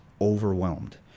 overwhelmed